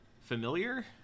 familiar